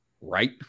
right